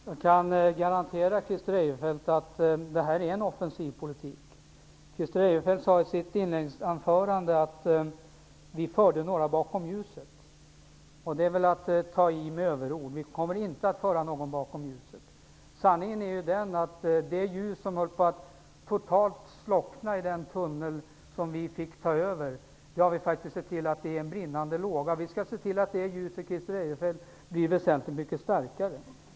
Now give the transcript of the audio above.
Herr talman! Jag kan garantera Christer Eirefelt att det här är en offensiv politik. Christer Eirefelt sade i sitt inledningsanförande att vi förde några bakom ljuset. Det är väl att ta till överord. Vi kommer inte att föra någon bakom ljuset. Sanningen är den att det ljus som höll på att totalt slockna i den tunnel som vi fick ta över har vi faktiskt sett till är en brinnande låga. Vi skall se till att det ljuset blir väsentligt mycket starkare, Christer Eirefelt.